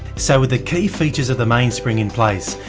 so with the key features of the mainspring in place,